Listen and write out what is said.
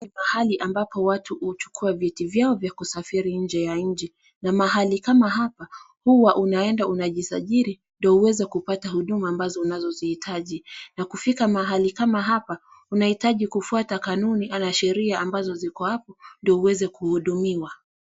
Ni mahali ambapo watu huchukua vitu vyao vya kusafiri nje ya nchi. Na mahali kama hapa, huwa unaenda unajisajiri, ndio uweze kupata huduma ambazo unazozihitaji. Na kufika mahali kama hapa, unahitaji kufuata kanuni ama sheria ambazo ziko hapo, ndio uweze kuhudumiwa.